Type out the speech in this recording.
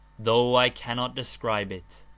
though i cannot des cribe it.